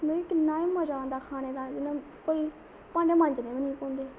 ओह्दे च कि'न्ना मज़ा आंदा खाने दा ते भांडे मांजने बी निं पौंदे